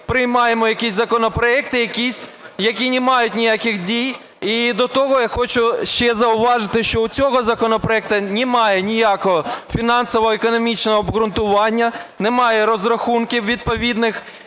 приймаємо якісь законопроекти, які не мають ніяких дій. І до того, я хочу ще зауважити, що у цього законопроекту немає ніякого фінансово-економічного обґрунтування, немає розрахунків відповідних.